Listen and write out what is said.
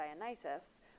Dionysus